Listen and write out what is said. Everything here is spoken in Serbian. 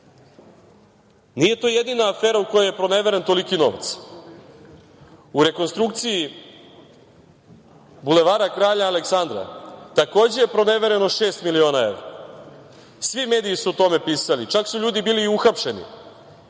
Nije to jedina afera u kojoj je proneveren toliki novac. U rekonstrukciji Bulevara kralja Aleksandra, takođe je pronevereno šest miliona evra, svi mediji su o tome pisali, čak su ljudi bili uhapšeni,